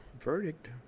verdict